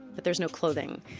but there's no clothing.